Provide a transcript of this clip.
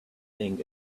think